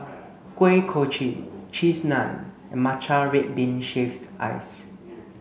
Kuih Kochi cheese naan and matcha red bean shaved ice